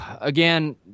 again